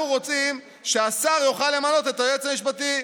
אנחנו רוצים שהשר יוכל למנות את היועץ המשפטי,